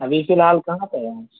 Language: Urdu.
ابھی فی الحال کہاں پہ ہیں